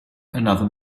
another